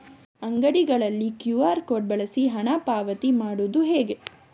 ಅಂಗಡಿಗಳಲ್ಲಿ QR code ಬಳಸಿ ಹಣ ಪಾವತಿ ಮಾಡೋದು ಹೇಗೆ?